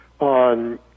on